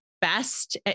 best